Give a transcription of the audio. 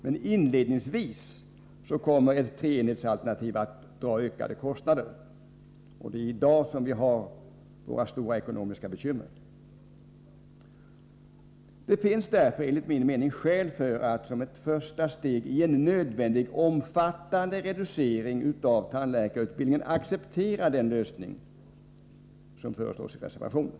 Men inledningsvis kommer ett treenhetersalternativ att dra ökade kostnader, och det är i dag som vi har våra stora ekonomiska bekymmer. Det finns därför enligt min mening skäl för att som ett första steg i en nödvändig omfattande reducering av tandläkarutbildningen acceptera den lösning som föreslås i reservationen.